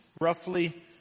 roughly